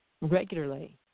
regularly